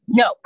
no